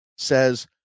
says